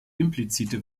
implizite